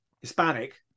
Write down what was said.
Hispanic